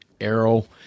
Arrow